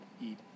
eat